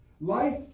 Life